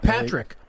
Patrick